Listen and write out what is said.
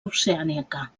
oceànica